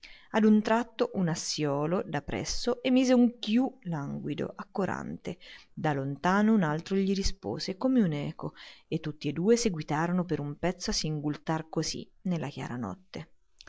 scampanellio a un tratto un assiolo da presso emise un chiù languido accorante da lontano un altro gli rispose come un'eco e tutti e due seguitarono per un pezzo a singultar così nella chiara notte